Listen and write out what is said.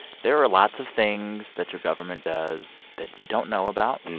there are lots of things that your government does that you don't know about.